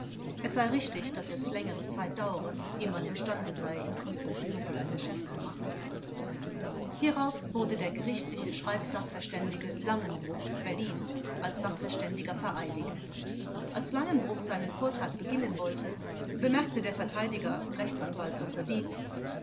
es sei richtig daß es längere zeit dauere ehe man imstande sei in konstantinopel ein geschäft zu machen hierauf wurde der gerichtliche schreibsachverständige langenbruch berlin als sachverständiger vereidigt als langenbruch seinen vortrag beginnen wollte bemerkte der verteidiger r a dr